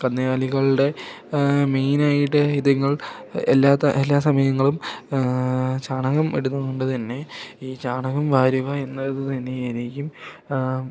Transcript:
കന്നുകാലികളുടെ മെയിനായിട്ട് ഇതുങ്ങൾ എല്ലാ എല്ലാ സമയങ്ങളിലും ചാണകം ഇടുന്നതുകൊണ്ട്ു തന്നെ ഈ ചാണകം വാരുക എന്നതു തന്നെ എനിക്കും